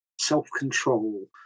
self-control